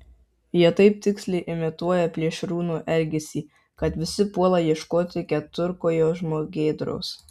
jie taip tiksliai imituoja plėšrūno elgesį kad visi puola ieškoti keturkojo žmogėdros